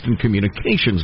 communications